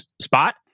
spot